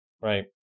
Right